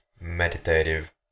meditative